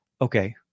okay